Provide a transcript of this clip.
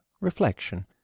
reflection